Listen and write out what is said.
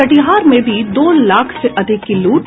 कटिहार में भी दो लाख से अधिक की लूट